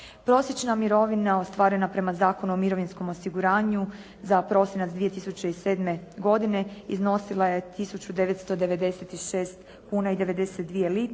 Prosječna mirovina ostvarena prema Zakonu o mirovinskom osiguranju za prosinac 2007. godine iznosila je 1996 kuna i 92 lipe,